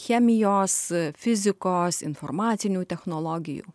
chemijos fizikos informacinių technologijų